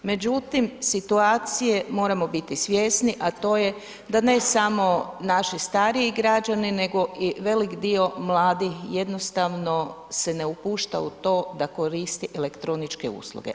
Međutim, situacije moramo biti svjesni a to je da ne samo naši stariji građani nego i velik dio mladih jednostavno se ne upušta u to da koristi elektroničke usluge.